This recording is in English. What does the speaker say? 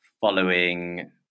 following